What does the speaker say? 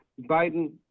Biden